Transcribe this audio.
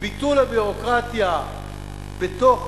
ביטול הביורוקרטיה בתוך